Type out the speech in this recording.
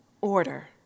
order